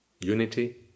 unity